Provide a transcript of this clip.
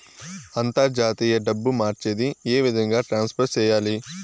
అంతర్జాతీయ డబ్బు మార్చేది? ఏ విధంగా ట్రాన్స్ఫర్ సేయాలి?